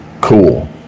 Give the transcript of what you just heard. Cool